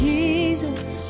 Jesus